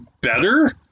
better